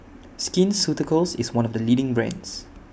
Skin Ceuticals IS one of The leading brands